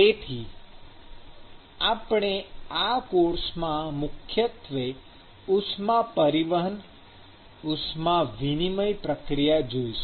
તેથી આપણે આ કોર્સમાં મુખ્યત્વે ઉષ્મા પરિવહન ઉષ્મા વિનિમય પ્રક્રિયા જોઈશું